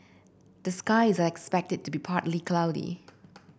the skies are expected to be partly cloudy